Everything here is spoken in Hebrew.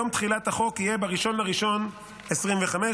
יום תחילת החוק יהיה ב-1 בינואר 2025,